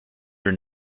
your